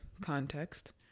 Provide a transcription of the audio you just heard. context